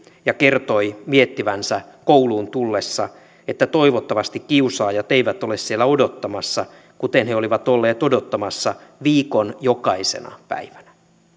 ja kertoi miettivänsä kouluun tullessa että toivottavasti kiusaajat eivät ole siellä odottamassa kuten he olivat olleet odottamassa viikon jokaisena päivänä